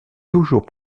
toujours